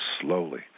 slowly